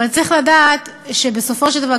אבל צריך לדעת שבסופו של דבר,